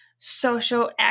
social